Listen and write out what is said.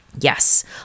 Yes